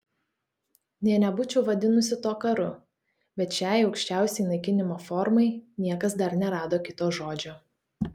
nė nebūčiau vadinusi to karu bet šiai aukščiausiai naikinimo formai niekas dar nerado kito žodžio